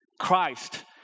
Christ